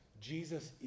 Jesus